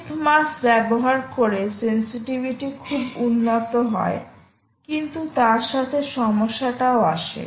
টিপ mass ব্যবহার করে sensitivity খুব উন্নত হয় কিন্তু তার সাথে সমস্যাটাও আসে